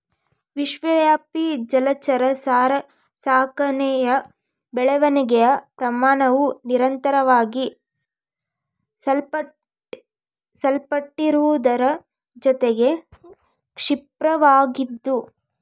ವಿಶ್ವವ್ಯಾಪಿ ಜಲಚರ ಸಾಕಣೆಯ ಬೆಳವಣಿಗೆಯ ಪ್ರಮಾಣವು ನಿರಂತರವಾಗಿ ಸಲ್ಪಟ್ಟಿರುವುದರ ಜೊತೆಗೆ ಕ್ಷಿಪ್ರವಾಗಿದ್ದು